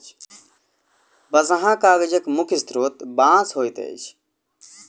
बँसहा कागजक मुख्य स्रोत बाँस होइत अछि